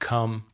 Come